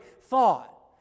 thought